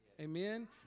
Amen